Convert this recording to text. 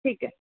ठीक आहे